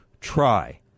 try